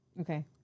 Okay